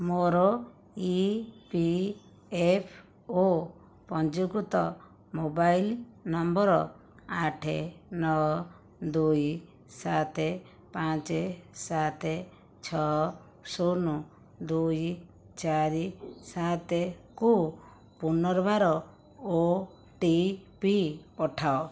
ମୋର E P F ଓ ପଞ୍ଜୀକୃତ ମୋବାଇଲ ନମ୍ବର ଆଠ ନଅ ଦୁଇ ସାତ ପାଞ୍ଚ ସାତ ଛଅ ଶୂନ ଦୁଇ ଚାରି ସାତକୁ ପୁନର୍ବାର ଓ ଟି ପି ପଠାଅ